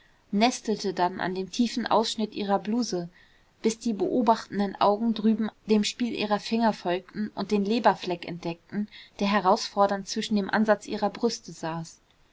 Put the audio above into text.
nestelte dann an dem tiefen ausschnitt ihrer bluse bis die beobachtenden augen drüben dem spiel ihrer finger folgten und den leberfleck entdeckten der herausfordernd zwischen dem ansatz ihrer brüste saß